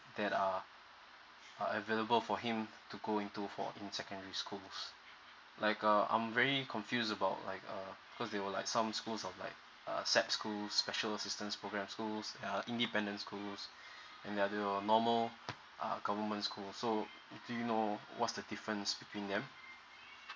that are available for him to go into for in secondary schools like I'm very confused about like uh cause there were like some schools of like uh sap school special assistant programme school uh independent school and there are the normal uh governemnt school so do you know what's the difference between them